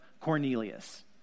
Cornelius